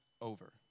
over